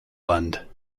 lund